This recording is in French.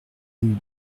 rue